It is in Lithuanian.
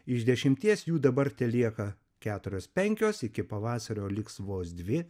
iš dešimties jų dabar telieka keturios penkios iki pavasario liks vos dvi